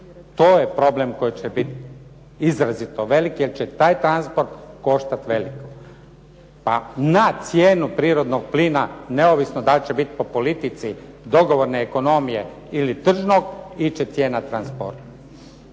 to je problem koji će biti izrazito velik jer će taj transport koštati veliko. Pa na cijenu prirodnog plina, neovisno dal' će bit po politici dogovorne ekonomije ili tržnog, ići će cijena transporta.